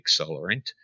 accelerant